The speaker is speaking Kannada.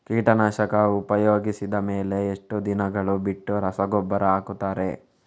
ಕೀಟನಾಶಕ ಉಪಯೋಗಿಸಿದ ಮೇಲೆ ಎಷ್ಟು ದಿನಗಳು ಬಿಟ್ಟು ರಸಗೊಬ್ಬರ ಹಾಕುತ್ತಾರೆ?